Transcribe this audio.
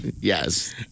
Yes